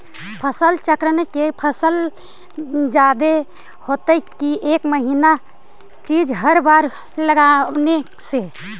फसल चक्रन से फसल जादे होतै कि एक महिना चिज़ हर बार लगाने से?